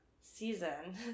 season